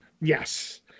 Yes